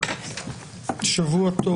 שבוע טוב